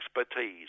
expertise